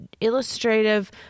illustrative